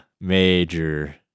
major